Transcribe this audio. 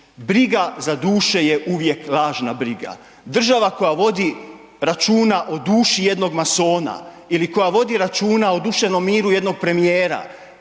Briga za duše je uvijek važna briga. Država koja vodi računa o duši jednog masona ili koja vodi računa o duševnom miru jednog premijera,